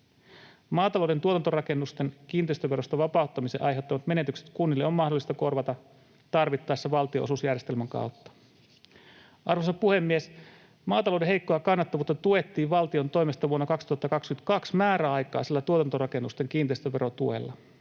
Maatalouden tuotantorakennusten kiinteistöverosta vapauttamisen aiheuttamat menetykset kunnille on mahdollista korvata tarvittaessa valtionosuusjärjestelmän kautta. Arvoisa puhemies! Maatalouden heikkoa kannattavuutta tuettiin valtion toimesta vuonna 2022 määräaikaisella tuotantorakennusten kiinteistöverotuella.